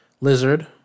Lizard